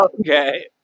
Okay